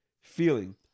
feeling